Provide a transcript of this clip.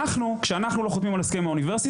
אנחנו כשאנחנו לא חותמים על הסכם האוניברסיטה,